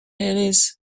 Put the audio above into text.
mayonnaise